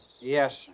Yes